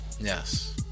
Yes